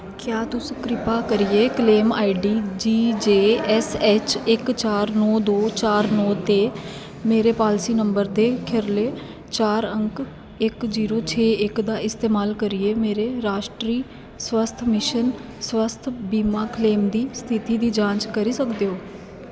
क्या तुस कृपा करियै claim I D G J S H इक चार नौ दो चार नौ ते मेरे पालसी नंबर दे खीरले चार अंक इक जीरो छे इक दा इस्तेमाल करियै मेरे राश्ट्री स्वास्थ मिशन स्वास्थ बीमा क्लेम दी स्थिति दी जांच करी सकदे ओ